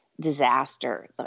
disaster